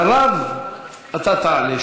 אחריו אתה תעלה.